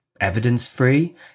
Evidence-free